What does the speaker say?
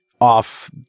off